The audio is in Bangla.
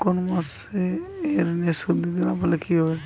কোন মাস এ ঋণের সুধ দিতে না পারলে কি হবে?